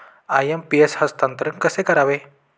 IMPS हस्तांतरण कसे करावे?